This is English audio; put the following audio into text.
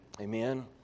Amen